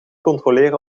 controleren